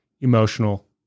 emotional